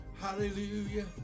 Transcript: Hallelujah